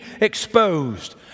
exposed